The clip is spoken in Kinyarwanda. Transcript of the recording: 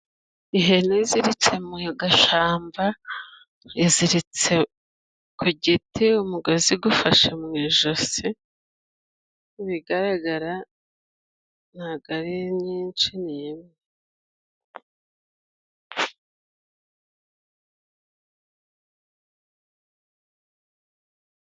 Ihene iziritse muye gashamba iziritse ku giti umugozi gufashe mu ijosi, bigaragara ntago ari nyinshi, ni imwe.